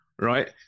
right